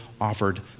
offered